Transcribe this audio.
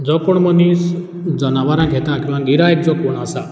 जो कोण मनीस जनावरां घेता किंवां गिरायक जो कोण आसा